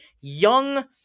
young